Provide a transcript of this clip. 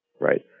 Right